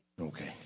Okay